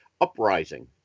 Uprising